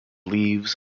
leaves